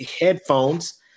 headphones